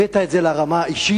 הבאת את זה לרמה האישית,